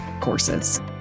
courses